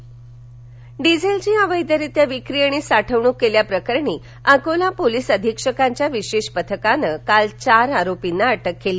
police कारवाई अकोला डिझेलची अवैधरित्या विक्री आणि साठवणूक केल्याप्रकरणी अकोला पोलिस अधीक्षकांच्या विशेष पथकानं काल चार आरोपींना अटक केली